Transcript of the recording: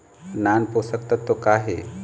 नान पोषकतत्व का हे?